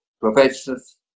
professors